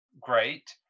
great